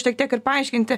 šiek tiek ir paaiškinti